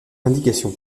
indication